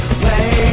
play